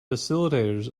facilitators